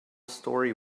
story